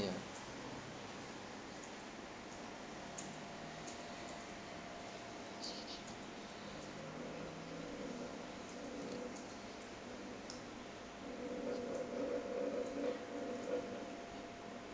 ya